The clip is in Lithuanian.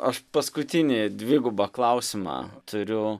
aš paskutinį dvigubą klausimą turiu